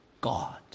God